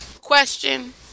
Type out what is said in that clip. question